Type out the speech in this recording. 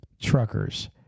truckers